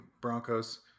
Broncos